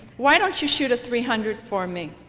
why don't you shoot a three hundred for me.